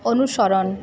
অনুসরণ